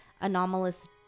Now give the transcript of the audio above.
anomalous